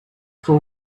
for